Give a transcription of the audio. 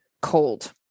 cold